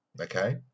Okay